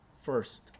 first